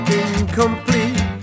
incomplete